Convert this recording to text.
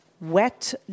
wet